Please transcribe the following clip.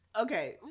Okay